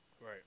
Right